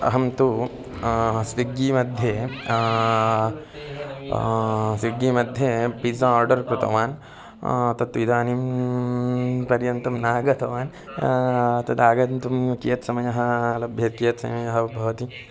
अहं तु स्विग्गी मध्ये स्विग्गी मध्ये पिज़ा आर्डर् कृतवान् तत्तु इदानीं पर्यन्तं न आगतवान् तदागन्तुं कियत् समयः लभ्यते कियत् समयः भवति